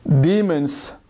Demons